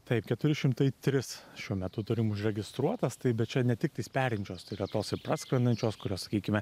taip keturi šimtai tris šiuo metu turim užregistruotas tai bet čia ne tik perinčios tai yra tos ir praskrendančios kurios sakykime